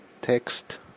text